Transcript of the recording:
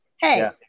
hey